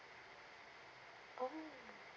oh